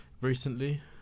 Recently